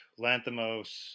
Lanthimos